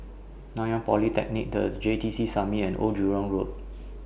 Nanyang Polytechnic The J T C Summit and Old Jurong Road